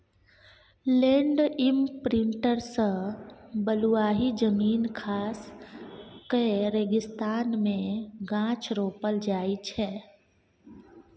land imprinter सँ बलुआही जमीन खास कए रेगिस्तान मे गाछ रोपल जाइ छै